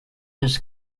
his